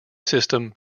system